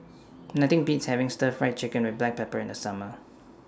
Nothing Beats having Stir Fried Chicken with Black Pepper in The Summer